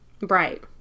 Right